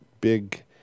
big